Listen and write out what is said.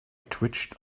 twitched